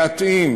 להתאים